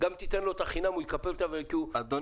גם אם תיתן לו אותה בחינם,